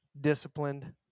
disciplined